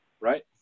right